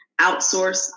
outsource